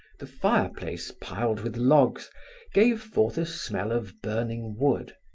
the fireplace piled with logs gave forth a smell of burning wood.